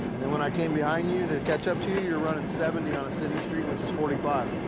and then when i came behind you to catch up to you, you're running seventy on a city street, which is forty five.